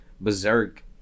Berserk